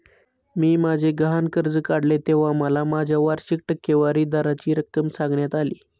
मी माझे गहाण कर्ज काढले तेव्हा मला माझ्या वार्षिक टक्केवारी दराची रक्कम सांगण्यात आली